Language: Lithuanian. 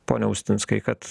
ponia austinskai kad